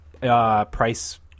price